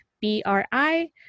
B-R-I